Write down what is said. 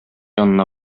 янына